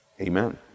Amen